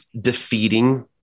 defeating